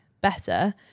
better